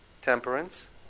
Temperance